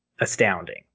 astounding